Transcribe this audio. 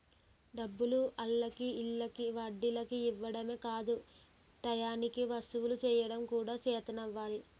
డబ్బులు ఆల్లకి ఈల్లకి వడ్డీలకి ఇవ్వడమే కాదు టయానికి వసూలు సెయ్యడం కూడా సేతనవ్వాలి